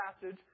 passage